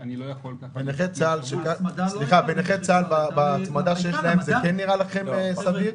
אני לא יכול --- ההצמדה של קצבת נכי צה"ל נראית לכם סבירה?